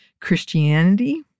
Christianity